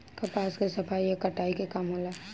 कपास के सफाई आ कताई के काम होला